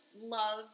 love